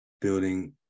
building